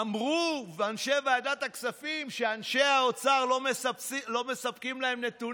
אמרו אנשי ועדת הכספים שאנשי האוצר לא מספקים להם נתונים,